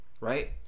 Right